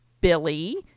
Billy